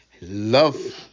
Love